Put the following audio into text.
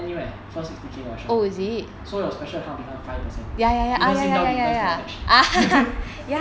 anywhere first sixty K so your special account become five percent even singtel difference cannot match